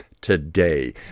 today